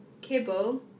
Kibble